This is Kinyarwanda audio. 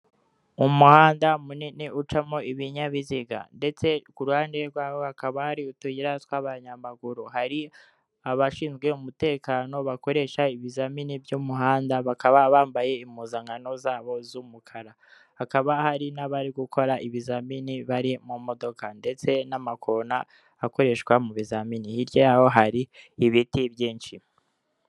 Umuhanda munini ucamo ibinyabiziga, ndetse k'uruhande rwaho hakaba hari utuyira tw'abanyamaguru, hari abashinzwe umutekano bakoresha ibizamini by'umuhanda bakaba bambaye impuzangano zabo z'umukara, hakaba hari nabarigukora ibizamini bari mu modoka, ndetse n'amakona akoreshwa mu ibizamini, hirya yaho hari ibiti byinshi.